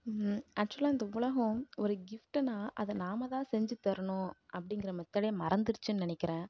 அக்சுவலாக இந்த உலகம் ஒரு கிஃப்ட்னால் அதை நாம் தான் செஞ்சு தரணும் அப்படிங்கிற மெத்தட்டே மறந்துடுச்சுனு நினைக்குறேன்